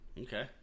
Okay